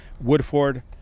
Woodford